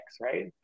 right